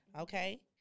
Okay